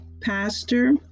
Pastor